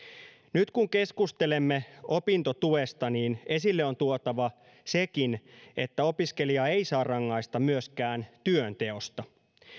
nyt kun keskustelemme opintotuesta esille on tuotava sekin että opiskelijaa ei saa rangaista myöskään työnteosta